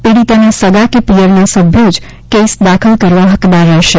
પીડિતાના સગા કે પિયરના સભ્યો જ કેસ દાખલ કરવા હકદાર રહેશે